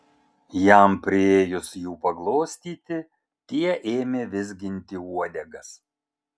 jam priėjus jų paglostyti tie ėmė vizginti uodegas